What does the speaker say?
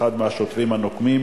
אחד מ"השוטרים הנוקמים",